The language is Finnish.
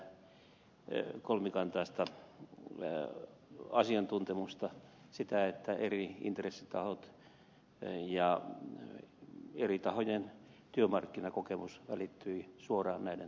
pidin tärkeänä tätä kolmikantaista asiantuntemusta sitä että eri intressitahot ja eri tahojen työmarkkinakokemus välittyivät suoraan näiden toimikuntien työssä